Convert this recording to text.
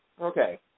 Okay